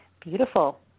Beautiful